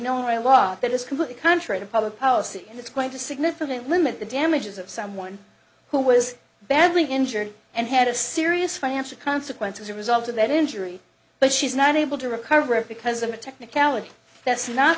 lot that is completely contrary to public policy and it's quite a significant limit the damages of someone who was badly injured and had a serious financial consequences a result of that injury but she's not able to recover it because of a technicality that's not